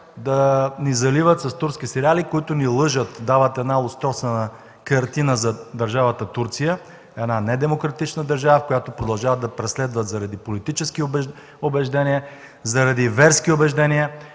да ни заливат с турски сериали, които ни лъжат, дават една лустросана картина за държавата Турция” – една недемократична държава, в която продължават да преследват заради политически убеждения, заради верски убеждения;